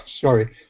sorry